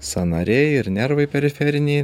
sąnariai ir nervai periferiniai